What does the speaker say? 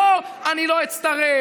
לא: אני לא אצטרך,